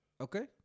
Okay